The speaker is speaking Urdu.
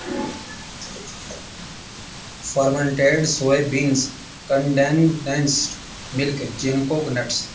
fermented soy beans condensed milk chain coconuts